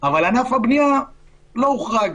אבל ענף הבנייה לא הוחרג.